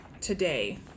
today